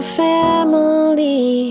family